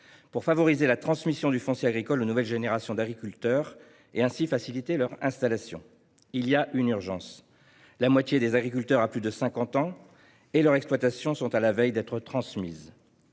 de favoriser la transmission du foncier agricole aux nouvelles générations d’agriculteurs et ainsi faciliter leur installation. Il y a urgence : la moitié des agriculteurs ont plus de 50 ans et leurs exploitations sont à la veille d’être transmises.